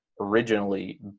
originally